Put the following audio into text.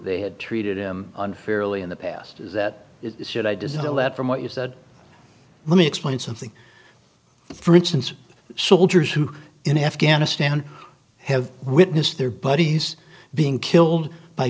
they had treated him unfairly in the past that said i deserve all that from what you said let me explain something for instance soldiers who in afghanistan have witnessed their buddies being killed by